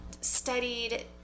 studied